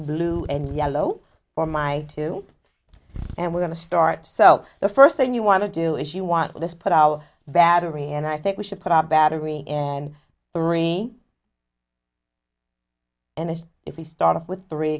blue and yellow for my two and we're going to start so the first thing you want to do is you want let's put our battery and i think we should put our battery and three and if we start off with three